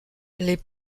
les